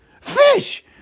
Fish